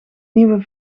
nieuwe